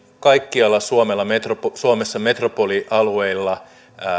kaikkialla suomessa metropolialueilla